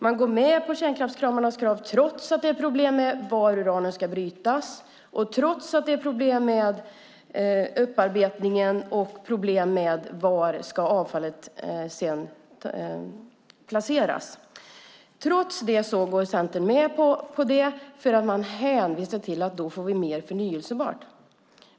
Man går med på kärnkraftskramarnas krav trots att det är problem med var uranen ska brytas och trots att det är problem med upparbetningen och med var avfallet sedan ska placeras. Trots detta går Centern med på det här. Man hänvisar till att vi då får mer förnybart.